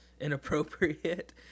inappropriate